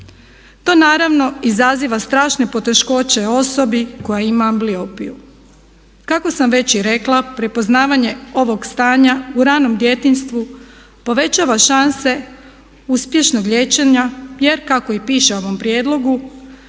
To naravno izaziva strašne poteškoće osobi koja ima ambliopiju. Kako sam već i rekla prepoznavanje ovog stanja u ranom djetinjstvu povećava šanse uspješnog liječenja jer kako i piše u ovom prijedlogu